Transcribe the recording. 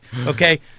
okay